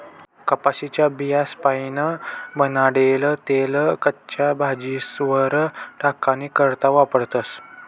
कपाशीन्या बियास्पाईन बनाडेल तेल कच्च्या भाजीस्वर टाकानी करता वापरतस